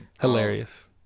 hilarious